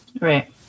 right